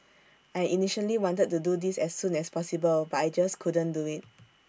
I initially wanted to do this as soon as possible but I just couldn't do IT